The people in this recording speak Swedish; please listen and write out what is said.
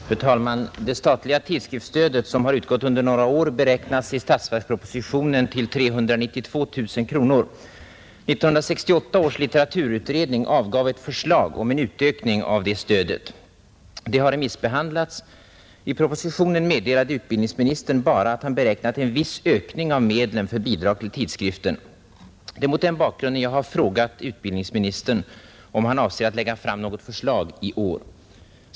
Fru talman! Det statliga tidskriftsstödet, som under några år utgått, beräknas i årets statsverksproposition till 392 000 kronor. 1968 års litteraturutredning avgav ett förslag om en utökning av det stödet. Det har nu remissbehandlats. I statsverkspropositionen meddelade utbildningsministern bara att han beräknat en viss ökning av medlen för bidrag till tidskrifter. Det är mot denna bakgrund jag har frågat utbildningsministern om han avser lägga fram något förslag i år.